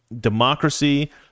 democracy